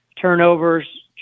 turnovers